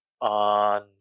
on